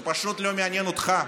זה פשוט לא מעניין אותך.